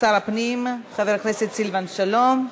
שר הפנים חבר הכנסת סילבן שלום.